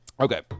Okay